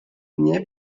nie